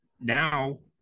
now